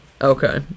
Okay